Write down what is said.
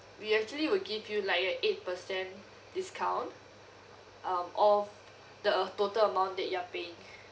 we actually will give you like a eight percent discount um off the total amount that you are paying